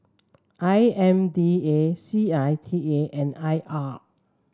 I M D A C I T I and I R